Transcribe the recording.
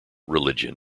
religion